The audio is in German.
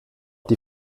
die